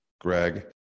Greg